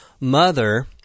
mother